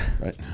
right